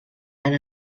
han